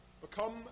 become